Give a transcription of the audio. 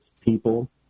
people